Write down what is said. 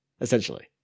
Essentially